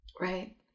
right